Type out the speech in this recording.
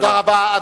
תודה רבה.